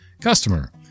Customer